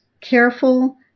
careful